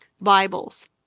Bibles